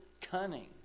cunning